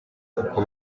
uko